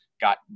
Got